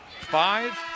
Five